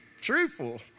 truthful